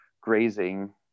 grazing